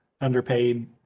underpaid